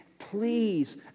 Please